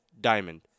Diamond